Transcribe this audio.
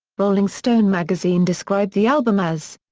rolling stone magazine described the album as.